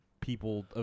people